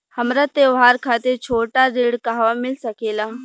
हमरा त्योहार खातिर छोटा ऋण कहवा मिल सकेला?